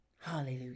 Hallelujah